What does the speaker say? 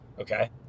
Okay